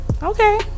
Okay